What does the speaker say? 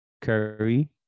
Curry